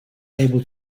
able